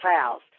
house